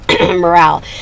morale